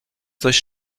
coś